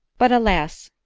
but, alas!